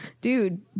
dude